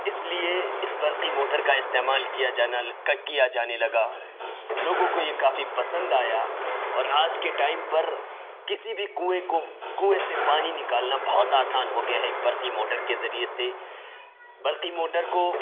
اس لیے اس برقی موٹر کا استعمال کیا جانا کیا جانے لگا لوگوں کو یہ کافی پسند آیا اور آج کے ٹائم پر کسی بھی کنویں کو کنویں سے پانی نکالنا بہت آسان ہو گیا ہے ایک برقی موٹر کے ذریعے سے برقی موٹر کو